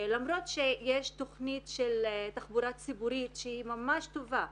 למרות שיש תכנית של תחבורה ציבורית שהיא ממש טובה,